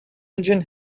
engine